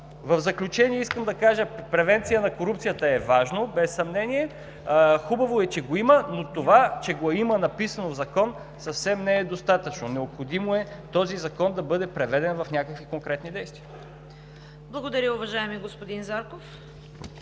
В заключение искам да кажа, че превенция на корупцията е важно, без съмнение. Хубаво е, че го има, но това, че го има написано в закон, съвсем не е достатъчно. Необходимо е този закон да бъде приведен в някакви конкретни действия. ПРЕДСЕДАТЕЛ ЦВЕТА КАРАЯНЧЕВА: Благодаря, уважаеми господин Зарков.